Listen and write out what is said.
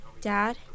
Dad